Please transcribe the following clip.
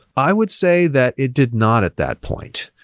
i would say that it did not at that point.